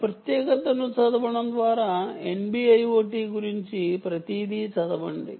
ఈ ప్రత్యేకతను చదవడం ద్వారా NB IoT గురించి ప్రతిదీ చదవండి